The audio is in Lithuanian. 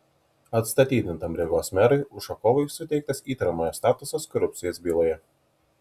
atstatydintam rygos merui ušakovui suteiktas įtariamojo statusas korupcijos byloje